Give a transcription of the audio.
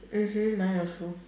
mmhmm mine also